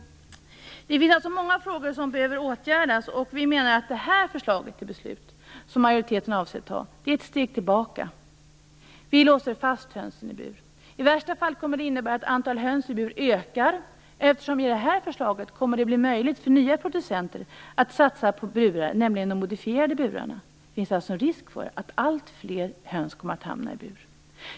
Det är många frågor som behöver åtgärdas, och vi menar att det förslag till beslut som majoriteten avser att anta är ett steg tillbaka. Det låser fast hönsen i burarna. I värsta fall kommer det att innebära att antalet höns i bur ökar. Enligt det här förslaget kommer det att bli möjligt för nya producenter att satsa på burar, nämligen på de modifierade burarna. Det finns alltså risk för att alltfler höns kommer att hamna i bur.